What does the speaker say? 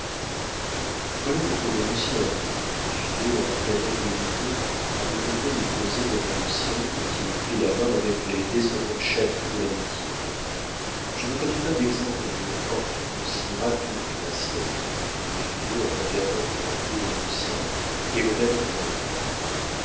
voilà notre beau lucien dit finot en traînant des lupeaulx avec lequel il causait devant lucien dont il prit la main avec les décevantes chatteries de l'amitié je ne connais pas d'exemples d'une fortune aussi rapide que la sienne dit finot en regardant tour à tour lucien et le maître des requêtes